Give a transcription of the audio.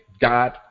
God